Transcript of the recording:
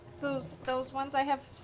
those those ones i have.